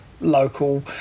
local